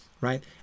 right